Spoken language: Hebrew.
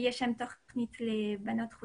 שם יש תוכנית לבנות.